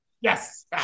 yes